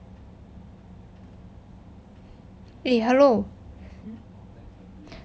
eh hello